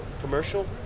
Commercial